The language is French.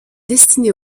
destiné